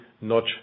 notch